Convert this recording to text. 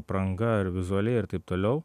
apranga ar vizualiai ir taip toliau